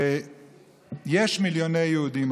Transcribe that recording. ויש מיליוני יהודים,